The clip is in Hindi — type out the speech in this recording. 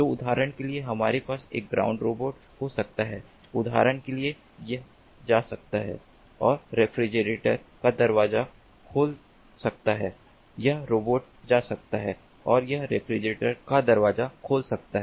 तो उदाहरण के लिए हमारे पास एक ग्राउंड रोबोट हो सकता है उदाहरण के लिए यह जा सकता है और रेफ्रिजरेटर का दरवाजा खोल सकता है यह रोबोट जा सकता है और यह रेफ्रिजरेटर का दरवाजा खोल सकता है